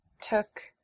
took